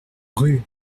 rue